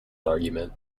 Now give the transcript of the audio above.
argument